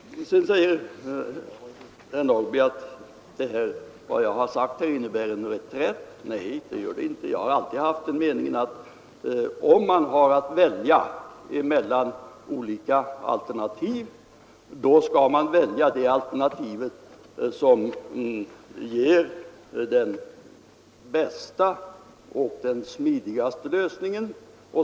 Herr Norrby i Åkersberga sade att vad jag tidigare anfört innebär en reträtt. Nej, det gör det inte. Jag har alltid haft den meningen, att om vi har att välja mellan olika alternativ, så skall vi välja det som innebär den bästa och smidigaste lösningen.